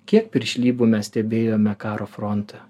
kiek piršlybų mes stebėjome karo fronte